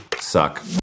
suck